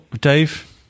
Dave